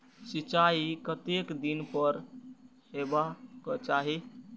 सिंचाई कतेक दिन पर हेबाक चाही?